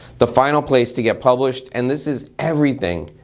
the final place to get published, and this is everything,